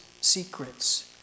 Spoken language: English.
secrets